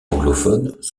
anglophones